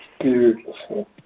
beautiful